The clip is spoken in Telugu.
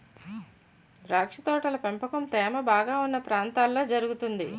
ద్రాక్ష తోటల పెంపకం తేమ బాగా ఉన్న ప్రాంతాల్లో జరుగుతుంది